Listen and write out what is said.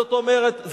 זאת אומרת,